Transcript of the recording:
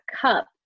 cup